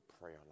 prayer